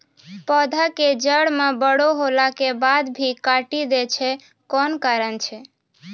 पौधा के जड़ म बड़ो होला के बाद भी काटी दै छै कोन कारण छै?